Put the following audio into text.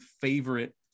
favorite